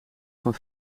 van